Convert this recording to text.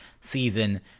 season